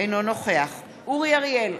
אינו נוכח אורי אריאל,